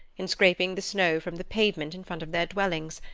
in scraping the snow from the pavement in front of their dwellings,